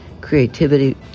creativity